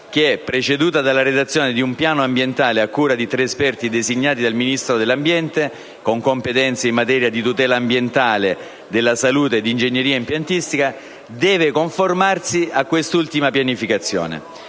che, preceduta dalla redazione di un piano ambientale a cura di tre esperti designati dal Ministro dell'ambiente (con competenze in materia di tutela ambientale, della salute e di ingegneria impiantistica), deve conformarsi a quest'ultima pianificazione.